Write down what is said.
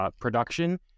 production